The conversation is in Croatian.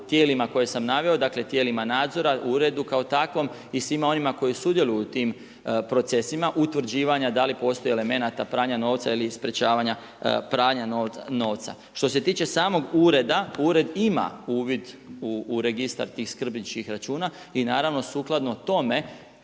tijelima koje sam naveo, dakle tijelima nadzora, uredu kao takvom i svima onima koji sudjeluju u tim procesima utvrđivanja da li postoji elemenata pranja novca ili sprječavanja pranja novca. Što se tiče samog ureda, ured ima uvid u registar tih skrbničkih računa i naravno sukladno tome